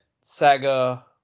Saga